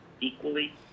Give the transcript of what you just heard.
equally